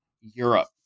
Europe